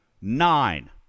nine